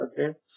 okay